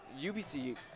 UBC